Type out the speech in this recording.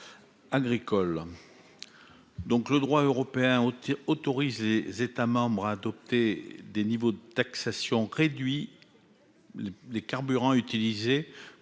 agricole. Le droit européen autorise les États membres à adopter des niveaux de taxation réduits pour les carburants utilisés